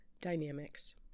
dynamics